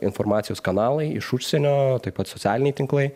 informacijos kanalai iš užsienio taip pat socialiniai tinklai